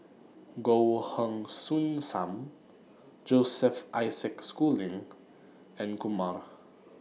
Goh Heng Soon SAM Joseph Isaac Schooling and Kumar